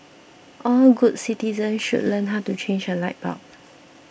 all good citizens should learn how to change a light bulb